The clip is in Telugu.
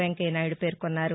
వెంకయ్య నాయుడు పేర్కొన్నారు